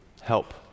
help